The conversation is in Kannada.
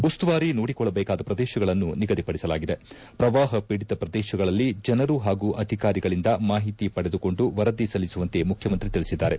ಉಸ್ತುವಾರಿ ನೋಡಿಕೊಳ್ಳಬೇಕಾದ ಪ್ರದೇಶಗಳನ್ನು ನಿಗದಿಪಡಿಸಲಾಗಿದೆ ಪ್ರವಾಹ ಪೀಡಿತ ಪ್ರದೇಶಗಳಲ್ಲಿ ಜನರು ಹಾಗೂ ಅಧಿಕಾರಿಗಳಿಂದ ಮಾಹಿತಿ ಪಡೆದುಕೊಂಡು ವರದಿ ಸಲ್ಲಿಸುವಂತೆ ಮುಖ್ಯಮಂತ್ರಿ ತಿಳಿಸಿದ್ದಾರೆ